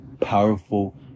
powerful